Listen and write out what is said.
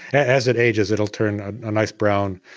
as it ages it will turn a nice brown,